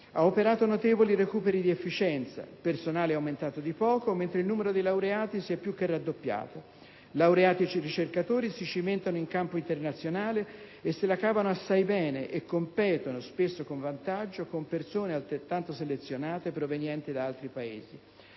ha operato notevoli recuperi di efficienza: il personale è aumentato di poco, mentre il numero dei laureati è più che raddoppiato. Laureati e ricercatori si cimentano in campo internazionale - sicuramente persone selezionate - se la cavano assai bene e competono, spesso con vantaggio, con persone, altrettanto selezionate, provenienti da altri Paesi.